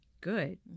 Good